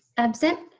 absent.